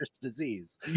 disease